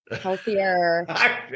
healthier